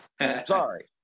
Sorry